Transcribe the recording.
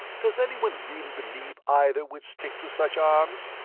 does anyone really believe either would stick to such arms?